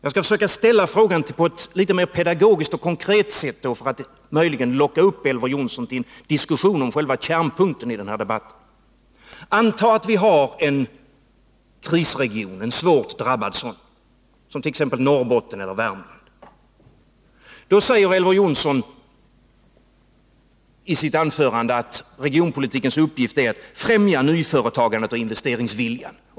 Jag skall försöka ställa frågan på ett litet mera pedagogiskt och konkret sätt för att möjligen locka upp Elver Jonsson till en diskussion om själva kärnpunkten i den här debatten. Antag att vi har en svårt drabbad krisregion som t.ex. Norrbotten eller Värmland. Då säger Elver Jonsson i sitt anförande att regionpolitikens uppgift är att ffrämja nyföretagande och investeringsvilja.